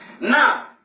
Now